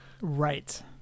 right